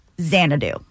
Xanadu